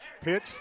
Pitch